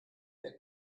wer